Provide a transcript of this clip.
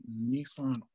Nissan